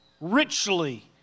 richly